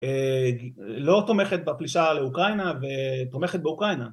לא תומכת בפלישה לאוקראינה ותומכת באוקראינה